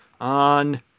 On